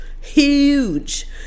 huge